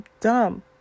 dumb